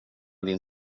din